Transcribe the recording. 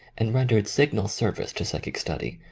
and rendered signal service to psychic study,